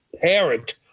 parent